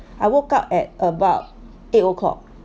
I woke up at about eight o'clock